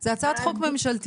זו הצעת חוק ממשלתית,